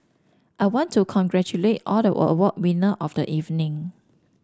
I want to congratulate all the award winner of the evening